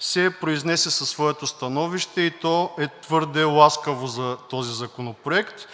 се произнесе със своето становище, и то е твърде ласкаво за този законопроект.